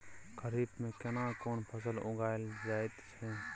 खरीफ में केना कोन फसल उगायल जायत छै?